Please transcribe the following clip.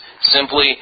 simply